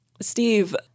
Steve